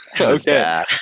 Okay